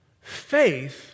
Faith